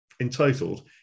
entitled